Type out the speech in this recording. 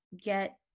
get